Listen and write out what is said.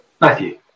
Matthew